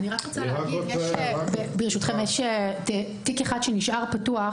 ישנו תיק אחד שנשאר פתוח,